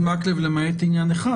--- למעט עניין אחד,